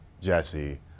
Jesse